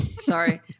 Sorry